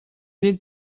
need